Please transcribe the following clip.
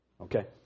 Okay